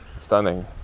Stunning